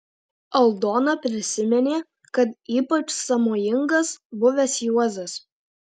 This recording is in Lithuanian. aldona prisiminė kad ypač sąmojingas buvęs juozas